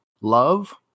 love